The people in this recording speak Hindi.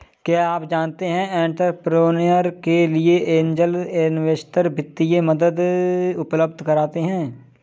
क्या आप जानते है एंटरप्रेन्योर के लिए ऐंजल इन्वेस्टर वित्तीय मदद उपलब्ध कराते हैं?